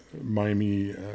Miami